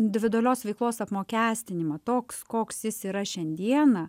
individualios veiklos apmokestinimą toks koks jis yra šiandieną